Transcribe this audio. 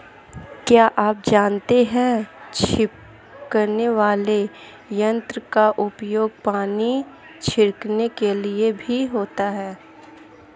क्या आप जानते है छिड़कने वाले यंत्र का उपयोग पानी छिड़कने के लिए भी होता है?